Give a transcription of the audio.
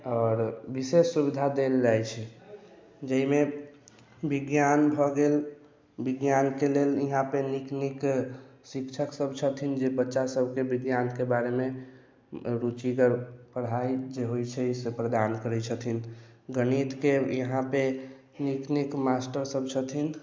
आओर विशेष सुविधा देल जाइ छै जाहिमे विज्ञान भऽ गेल विज्ञानके लेल यहाँपर नीक नीक शिक्षक सभ छथिन जे बच्चा सभके विज्ञानके बारेमे रुचिगर पढ़ाइ जे होइ छै से प्रदान करै छथिन गणितके यहाँपर नीक नीक मास्टर सभ छथिन